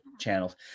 channels